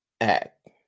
act